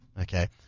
Okay